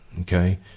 okay